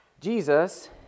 Jesus